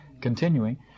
continuing